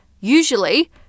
usually